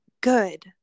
good